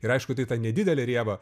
ir aišku tai ta nedidelė rėva